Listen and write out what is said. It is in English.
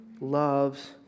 loves